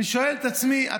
אני שואל את עצמי,